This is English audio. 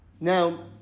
Now